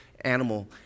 animal